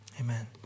Amen